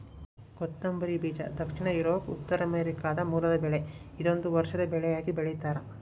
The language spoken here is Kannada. ಕೊತ್ತಂಬರಿ ಬೀಜ ದಕ್ಷಿಣ ಯೂರೋಪ್ ಉತ್ತರಾಮೆರಿಕಾದ ಮೂಲದ ಬೆಳೆ ಇದೊಂದು ವರ್ಷದ ಬೆಳೆಯಾಗಿ ಬೆಳ್ತ್ಯಾರ